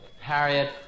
Harriet